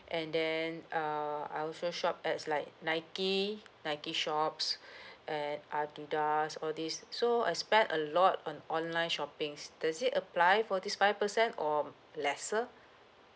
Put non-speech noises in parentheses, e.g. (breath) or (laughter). and then err I also shop at s~ like shop nike shops (breath) and adidas all this so I spend a lot on online shoppings does it apply for this five percent or lesser (breath)